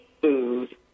food